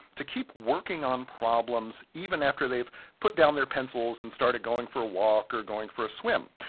to keep working on problems even after they've put down their pencils and started going for a walk or going for a swim.